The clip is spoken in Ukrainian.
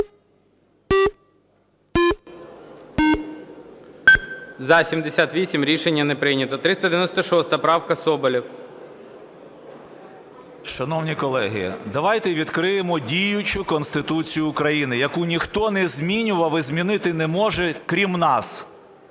За-78 Рішення не прийнято. 396 правка, Соболєв. 13:07:08 СОБОЛЄВ С.В. Шановні колеги, давайте відкриємо діючу Конституцію України, яку ніхто не змінював і змінити не може, крім нас.